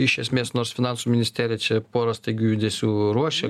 iš esmės nors finansų ministerija čia porą staigių judesių ruošia